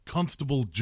Constable